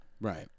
Right